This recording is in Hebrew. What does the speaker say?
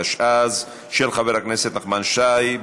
התשע"ז 2016, של חבר הכנסת נחמן שי.